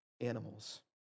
animals